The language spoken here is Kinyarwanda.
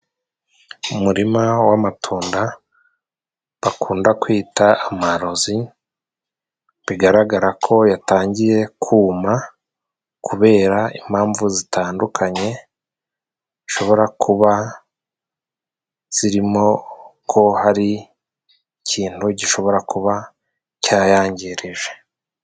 Umurima w'amatunda bakunda kwita amarozi. Bigaragara ko yatangiye kuma kubera impamvu zitandukanye, zishobora kuba zirimo ko hari ikintu gishobora kuba cyayangirije.